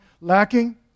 lacking